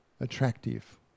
attractive